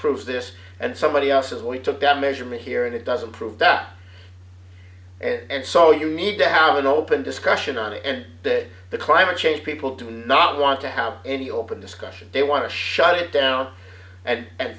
proves this and somebody else's we took that measurement here and it doesn't prove that and so you need to have an open discussion on it and that the climate change people do not want to have any open discussion they want to shut it down and